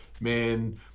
man